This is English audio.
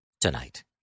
tonight